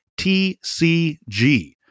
TCG